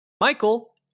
michael